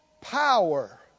power